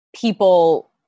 people